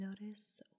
Notice